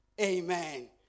Amen